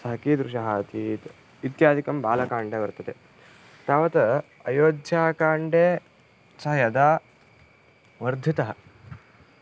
सः कीदृशः आसीत् इत्यादिकं बालकाण्डे वर्तते तावत् अयोध्याकाण्डे सः यदा वर्धितः